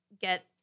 get